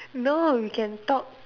no we can talk